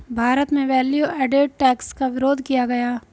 भारत में value added tax का विरोध किया गया